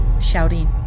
shouting